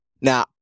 Now